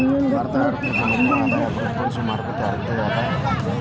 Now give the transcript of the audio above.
ಭಾರತದ ಆರ್ಥಿಕತೆ ಮಧ್ಯಮ ಆದಾಯವನ್ನ ಅಭಿವೃದ್ಧಿಪಡಿಸುವ ಮಾರುಕಟ್ಟೆ ಆರ್ಥಿಕತೆ ಅದ